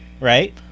Right